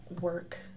work